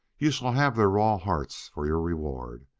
you shall have their raw hearts for your reward.